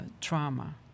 trauma